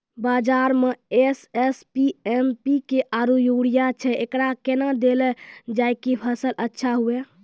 बाजार मे SSP, MPK आरु यूरिया छैय, एकरा कैना देलल जाय कि फसल अच्छा हुये?